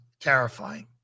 terrifying